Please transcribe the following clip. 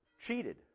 cheated